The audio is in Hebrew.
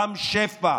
רם שפע,